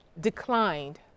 declined